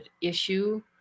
issue